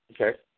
Okay